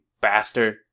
bastard